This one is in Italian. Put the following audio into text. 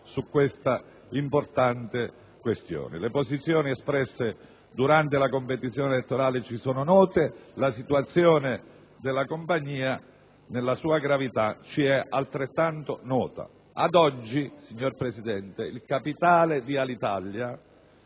su questa importante questione. Le posizioni espresse durante la competizione elettorale ci sono note e la situazione della compagnia nella sua gravità ci è altrettanto nota. Ad oggi, signor Presidente, il capitale di Alitalia